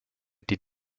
die